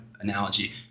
analogy